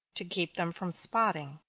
to keep them from spotting.